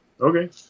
Okay